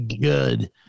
good